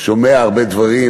שומע הרבה דברים,